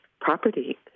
property